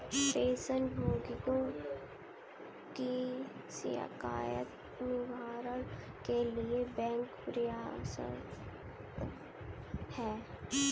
pension भोगियों की शिकायत निवारण के लिए बैंक प्रयासरत है